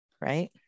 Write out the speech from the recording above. right